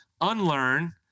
Unlearn